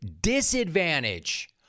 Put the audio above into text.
disadvantage